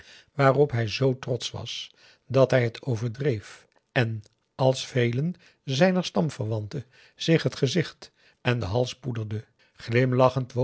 waarop hij z trotsch was dat hij het overdreef en als velen zijner stamverwanten zich het gezicht en den hals